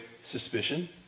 suspicion